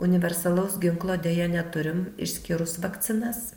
universalaus ginklo deja neturim išskyrus vakcinas